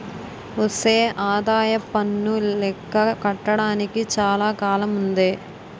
ఒసే ఆదాయప్పన్ను లెక్క కట్టడానికి చాలా కాలముందే